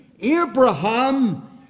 Abraham